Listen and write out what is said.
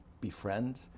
befriend